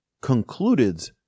concluded